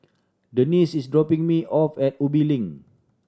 Denise is dropping me off at Ubi Link